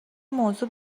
موضوع